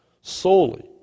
solely